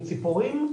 מסחריות.